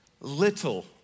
little